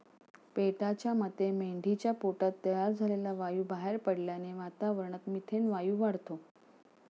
पेटाच्या मते मेंढीच्या पोटात तयार झालेला वायू बाहेर पडल्याने वातावरणात मिथेन वायू वाढतो